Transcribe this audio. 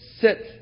sit